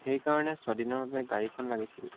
সেইকাৰণে ছয়দিনৰ বাবে গাড়ীখন লাগিছিল